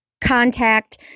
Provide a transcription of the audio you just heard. contact